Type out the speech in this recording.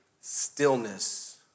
stillness